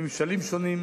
בממשלים שונים,